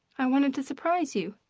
i wanted to surprise you,